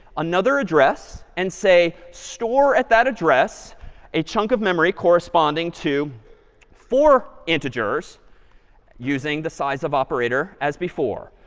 another address and say store at that address a chunk of memory corresponding to four integers using the size of operator as before.